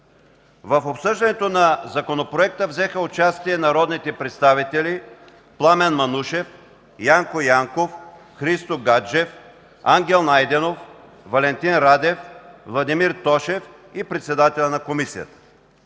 В обсъждането на Законопроекта взеха участие народните представители Пламен Манушев, Янко Янков, Христо Гаджев, Ангел Найденов, Валентин Радев, Владимир Тошев и председателят на Комисията.